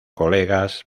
colegas